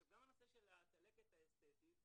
גם הנושא של הצלקת האסטטית,